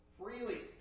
freely